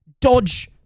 dodge